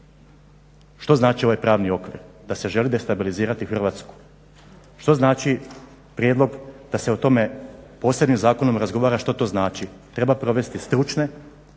Što znači ovaj pravni okvir? Da se želi destabilizirati Hrvatsku. Što znači prijedlog da se o tome posebnim zakonom razgovara što to znači. Treba provesti stručne,